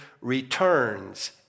returns